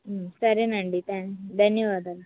సరే అండి థాంక్స్ ధన్యవాదాలు